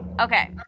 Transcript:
Okay